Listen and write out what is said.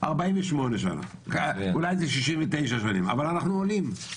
48 שנים, אולי 69 שנים, אבל אנחנו עולים.